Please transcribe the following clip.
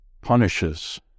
punishes